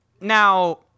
Now